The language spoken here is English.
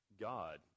God